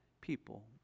people